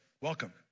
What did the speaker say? Welcome